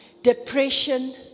Depression